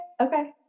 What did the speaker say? Okay